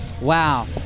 Wow